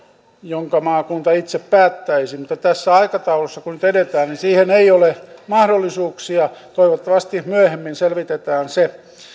jonka maakunta itse päättäisi mutta tässä aikataulussa kun nyt edetään niin siihen ei ole mahdollisuuksia toivottavasti myöhemmin selvitetään se